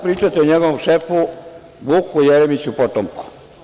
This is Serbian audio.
Pričaću o njenom šefu Vuku Jeremiću, potomku.